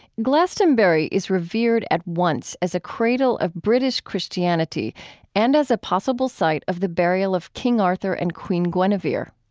glastonbury is revered at once as a cradle of british christianity and as a possible site of the burial of king arthur and queen guinevere.